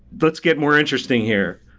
let's get more interesting here.